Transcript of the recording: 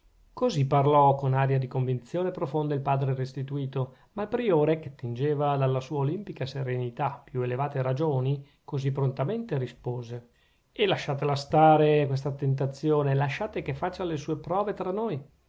così parlò con aria di convinzione profonda il padre restituto ma il priore che attingeva dalla sua olimpica serenità più elevate ragioni così prontamente rispose e lasciatela stare questa tentazione lasciate che faccia le sue prove tra noi